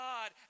God